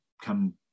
come